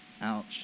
Ouch